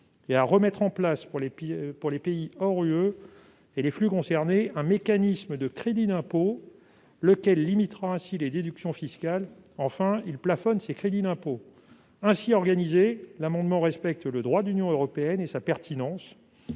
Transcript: à rétablir, pour les pays hors de l'Union et les flux concernés, un mécanisme de crédit d'impôt, lequel limitera les déductions fiscales, et, enfin, à plafonner ce crédit d'impôt. Ainsi organisé, l'amendement respecte le droit de l'Union européenne et sa pertinence,